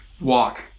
walk